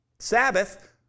Sabbath